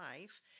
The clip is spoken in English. life